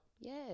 Yes